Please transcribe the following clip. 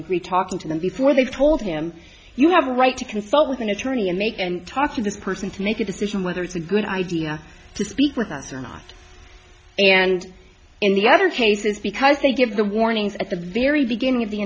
be talking to them before they've told him you have the right to consult with an attorney and make and talk to this person to make a decision whether it's a good idea to speak with us or not and in the other cases because they give the warnings at the very beginning of the